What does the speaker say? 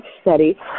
study